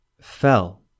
fell